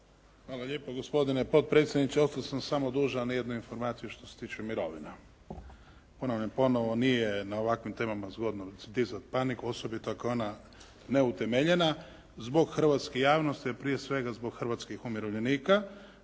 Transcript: Hvala lijepo gospodine potpredsjedniče. Ostao sam samo dužan jednu informaciju što se tiče mirovina. Ponavljam ponovno, nije na ovakvim temama zgodno dizati paniku osobito ako je ona neutemeljena zbog hrvatske javnosti, a prije svega zbog hrvatskih umirovljenika.